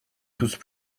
tousse